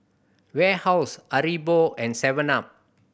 Warehouse Haribo and seven up